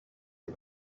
les